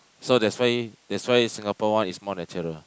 so that's why that's why Singapore one is more natural